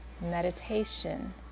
Meditation